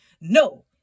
No